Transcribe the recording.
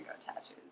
tattoos